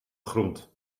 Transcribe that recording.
grond